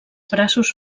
braços